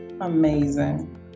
Amazing